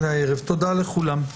תודה לכולם.